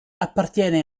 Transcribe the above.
appartiene